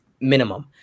minimum